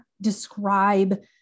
describe